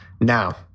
now